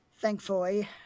thankfully